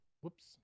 whoops